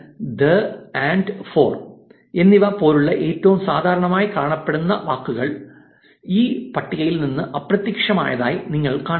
അതിനാൽ the and for എന്നിവ പോലുള്ള ഏറ്റവും സാധാരണയായി കാണപ്പെടുന്ന വാക്കുകൾ ഈ പട്ടികയിൽ നിന്ന് അപ്രത്യക്ഷമായതായി നിങ്ങൾ കാണുന്നു